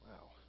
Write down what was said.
Wow